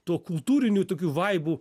tuo kultūriniu tokiu vaibu